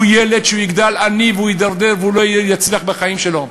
הוא ילד שיגדל עני והוא יתדרדר ולא יצליח בחיים שלו.